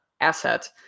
asset